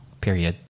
period